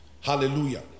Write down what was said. Hallelujah